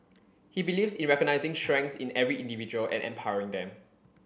he believes in recognising strengths in every individual and empowering them